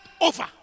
over